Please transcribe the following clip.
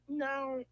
No